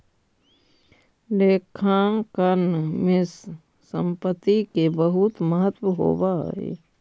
लेखांकन में संपत्ति के बहुत महत्व होवऽ हइ